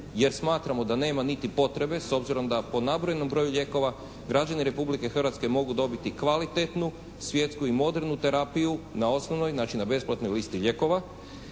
jer smatramo da nema niti potrebe s obzirom da po nabrojenom broju lijekova građani Republike Hrvatske mogu dobiti kvalitetnu, svjetsku i modernu terapiju na osnovnoj, znači na besplatnoj listi lijekova,